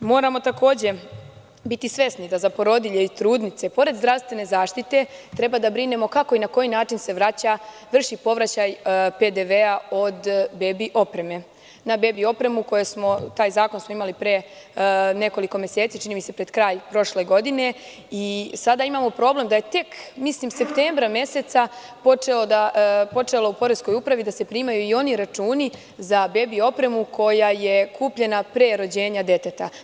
Moramo takođe biti svesni da za porodilje i trudnice pored zdravstvene zaštite treba da brinemo kako i na koji način se vraća, vrši povraćaj PDV-a od bebi opreme, na bebi opremu, taj zakon smo imali pre nekoliko meseci, čini mi se pred kraj prošle godine i sada imamo problem da je tek, mislim septembra meseca počelo u poreskoj upravi da se primaju i oni računi za bebi opremu koja je kupljena pre rođenja deteta.